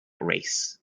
race